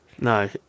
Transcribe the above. No